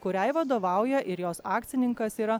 kuriai vadovauja ir jos akcininkas yra